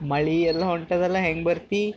ಮಳೆ ಎಲ್ಲ ಹೊಂಟೋದಲ್ಲ ಹೆಂಗೆ ಬರ್ತೀ